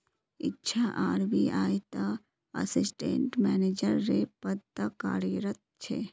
इच्छा आर.बी.आई त assistant manager रे पद तो कार्यरत छे